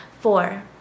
Four